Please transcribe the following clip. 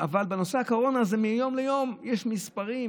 אבל בנושא הקורונה זה מיום ליום: יש מספרים,